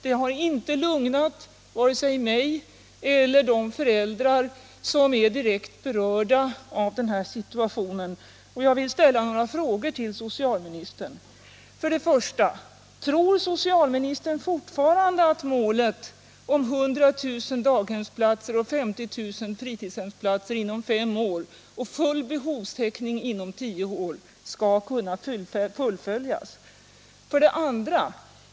Det har inte lugnat vare sig mig eller de föräldrar som är direkt berörda av situationen. Jag vill därför ställa några frågor till socialministern: och 50 000 fritidshemsplatser inom fem år, och full behovstäckning inom tio år, skall kunna fullföljas? 2.